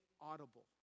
audible